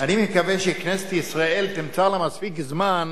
אני מתכוון שכנסת ישראל תמצא לה מספיק זמן,